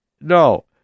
No